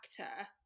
actor